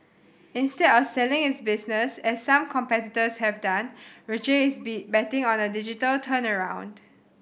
instead of selling its business as some competitors have done Roche is be betting on a digital turnaround